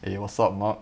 eh what's up mark